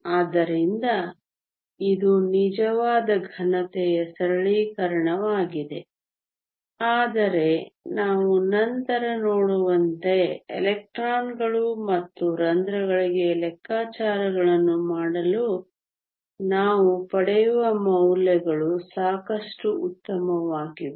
ಆದ್ದರಿಂದ ಇದು ನಿಜವಾದ ಘನತೆಯ ಸರಳೀಕರಣವಾಗಿದೆ ಆದರೆ ನಾವು ನಂತರ ನೋಡುವಂತೆ ಎಲೆಕ್ಟ್ರಾನ್ಗಳು ಮತ್ತು ರಂಧ್ರಗಳಿಗೆ ಲೆಕ್ಕಾಚಾರಗಳನ್ನು ಮಾಡಲು ನಾವು ಪಡೆಯುವ ಮೌಲ್ಯಗಳು ಸಾಕಷ್ಟು ಉತ್ತಮವಾಗಿವೆ